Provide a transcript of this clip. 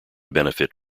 benefit